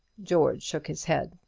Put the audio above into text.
george shook his head.